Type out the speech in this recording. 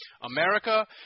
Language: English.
America